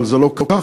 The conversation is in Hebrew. אבל זה לא כך.